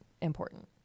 important